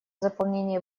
заполнения